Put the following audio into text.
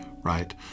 right